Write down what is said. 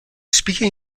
speaking